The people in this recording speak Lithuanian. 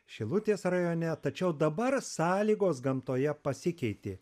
šilutės rajone tačiau dabar sąlygos gamtoje pasikeitė